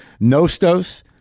nostos